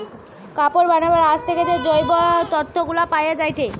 কাপড় বানাবার আঁশ থেকে যে জৈব তন্তু গুলা পায়া যায়টে